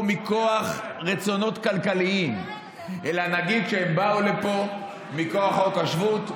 מכוח רצונות כלכליים אלא נגיד שהם באו לפה מכוח חוק השבות,